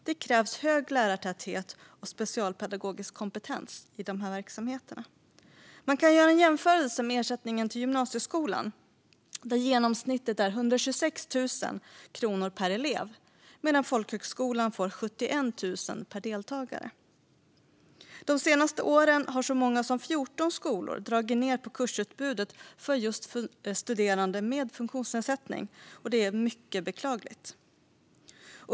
Det krävs hög lärartäthet och specialpedagogisk kompetens i de här verksamheterna. Man kan göra en jämförelse med ersättningen till gymnasieskolan där genomsnittet är 126 000 kronor per elev, medan folkhögskolan får 71 000 kronor per deltagare. De senaste åren har så många som 14 skolor dragit ned på kursutbudet just för studerande med funktionsnedsättning. Det är mycket beklagligt.